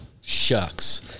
shucks